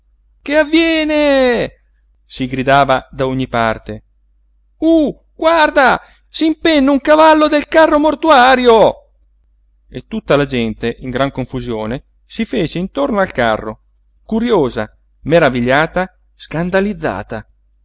che avviene si gridava da ogni parte uh guarda s'impenna un cavallo del carro mortuario e tutta la gente in gran confusione si fece intorno al carro curiosa meravigliata scandalizzata